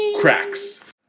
cracks